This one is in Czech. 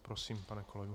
Prosím, pane kolego.